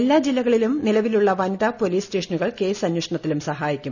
എല്ലാ ജില്ലകളിലും നിലവിലുള്ള വനിതാ പോലീസ് സ്റ്റേഷനുകൾ കേസ് അന്വേഷണത്തിലും സഹായിക്കും